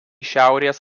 šiaurės